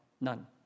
none